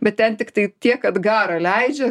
bet ten tiktai tiek kad garą leidžia